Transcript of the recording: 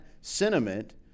sentiment